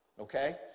okay